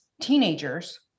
teenagers